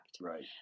Right